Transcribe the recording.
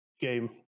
game